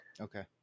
Okay